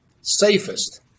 safest